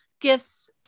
gifts